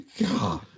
God